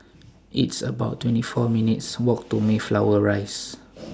It's about twenty four minutes' Walk to Mayflower Rise